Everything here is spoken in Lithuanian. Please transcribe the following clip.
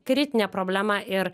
kritinė problema ir